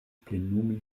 plenumi